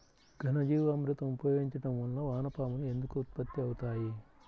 ఘనజీవామృతం ఉపయోగించటం వలన వాన పాములు ఎందుకు ఉత్పత్తి అవుతాయి?